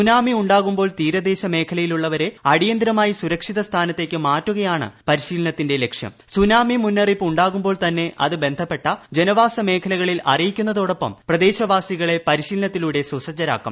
tsunami ഉണ്ടാകുമ്പോൾ തീരദേശ മേഖലയിലുള്ളവരെ അടിയന്തരമായി സുരക്ഷിത സ്ഥാനത്തേയ്ക്ക് മാറ്റുകയാണ് പരിശീലനത്തിന്റെ ലക്ഷ്യംസുനാമി മുന്നറിയിപ്പ് ഉണ്ടാകുമ്പോൾ തന്നെ അത് ബന്ധപ്പെട്ട ജനവാസ മേഖലകളിൽ അറിയിക്കുന്ന്തോടൊപ്പം പ്രദേശവാസികളെ പരിശീലനത്തിലൂടെ സുസജ്ജരാക്കും